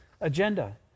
agenda